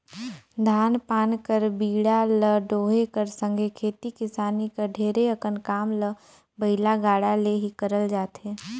धान पान कर बीड़ा ल डोहे कर संघे खेती किसानी कर ढेरे अकन काम ल बइला गाड़ा ले ही करल जाथे